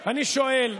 אני שואל,